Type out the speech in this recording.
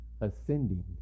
ascending